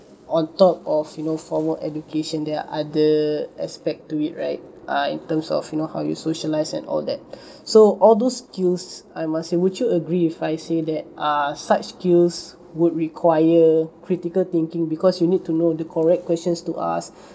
on top of you know formal education there are other aspect to it right ah in terms of you know how you socialize and all that so all those skills I must say would you agree if I say that err such skills would require critical thinking because you need to know the correct questions to ask